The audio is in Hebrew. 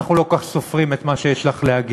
אנחנו לא כל כך סופרים את מה שיש לך להגיד.